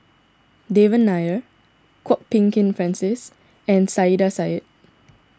Devan Nair Kwok Peng Kin Francis and Saiedah Said